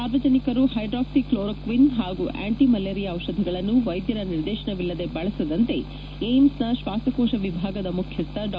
ಸಾರ್ವಜನಿಕರು ವೈಡ್ರಾಕ್ಷಿಕ್ಲೋರೋಟ್ಟನ್ ತಾಗೂ ಆಂಟ ಮಲೇರಿಯಾ ದಿಷರಗಳನ್ನು ವೈದ್ಧರ ನಿರ್ದೇಶನಎಲ್ಲದೆ ಬಳಸದಂತೆ ಎಮ್ಸನ ಶ್ವಾಕೋನ ಎಭಾಗದ ಮುಖ್ಯಶ್ಥ ಡಾ